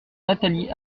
nathalie